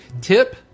Tip